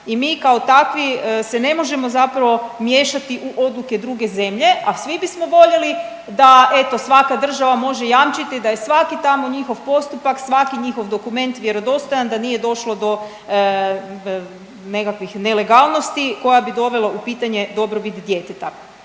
i mi kao takvi se ne možemo zapravo miješati u odluke druge zemlje, a svi bismo voljeli da eto svaka država može jamčiti da je svaki tamo njihov postupak i svaki njihov dokument vjerodostojan, da nije došlo do nekakvih nelegalnosti koja bi dovela u pitanje dobrobit djeteta.